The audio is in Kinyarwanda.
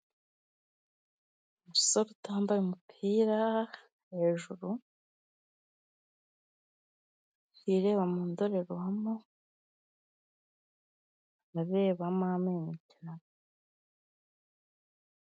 Umusore utambaye umupira hejuru, yireba mu ndorerwamo, arebabamo amenyo cyane.